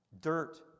dirt